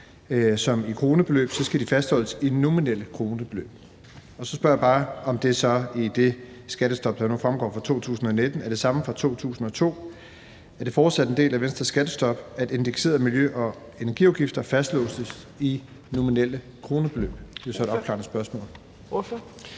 i kronebeløb, skal de fastholdes i nominelle kronebeløb. Så spørger jeg bare – og det er mit andet spørgsmål – om det i det skattestop, der fremgår af 2019, så er det samme for 2002. Er det fortsat en del af Venstres skattestop, at indekserede miljø- og energiafgifter fastlåses i nominelle kronebeløb? Det er jo så et afklarende spørgsmål.